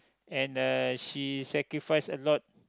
and uh she sacrifice a lot